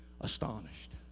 astonished